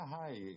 hi